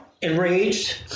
enraged